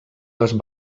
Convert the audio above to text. les